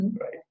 right